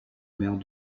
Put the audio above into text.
maire